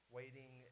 waiting